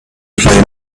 play